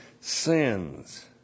sins